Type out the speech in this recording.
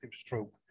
stroke